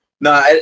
No